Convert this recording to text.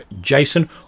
Jason